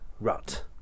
rut